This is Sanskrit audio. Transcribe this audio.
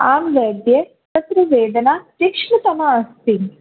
आं वैद्य अत्र वेदना तीक्ष्णतमा अस्ति